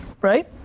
right